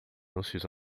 nossos